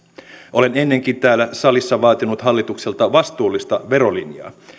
olen ennenkin täällä salissa vaatinut hallitukselta vastuullista verolinjaa